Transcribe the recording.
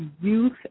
youth